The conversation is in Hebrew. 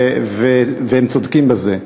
והם צודקים בזה.